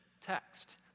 text